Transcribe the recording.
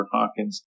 Hawkins